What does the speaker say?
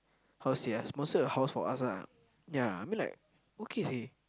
how say ah sponsor a house for us lah ya I mean like okay seh